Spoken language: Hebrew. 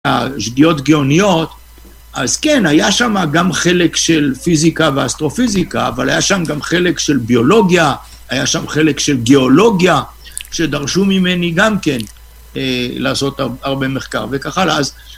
השגיאות הגאוניות, אז כן, היה שם גם חלק של פיזיקה ואסטרופיזיקה, אבל היה שם גם חלק של ביולוגיה, היה שם חלק של גאולוגיה, שדרשו ממני גם כן, לעשות הרבה מחקר וכך הלאה.